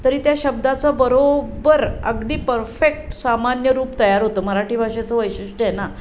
तरी त्या शब्दाचं बरोबर अगदी परफेक्ट सामान्य रूप तयार होतं मराठी भाषेचं वैशिष्ट्य आहे ना